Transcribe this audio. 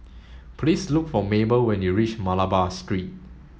please look for Mable when you reach Malabar Street